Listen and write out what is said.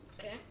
Okay